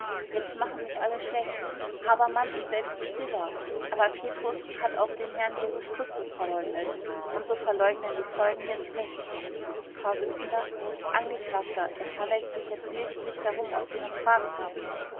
jetzt machen mich alle schlecht habermann und selbst stiller aber petrus hat auch den herrn jesus christus verleugnet und so verleugnen die zeugen jetzt mich vors angeklagter es handelt sich jetzt lediglich darum ob sie noch fragen haben